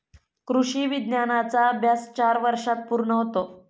कृषी विज्ञानाचा अभ्यास चार वर्षांत पूर्ण होतो